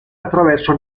attraverso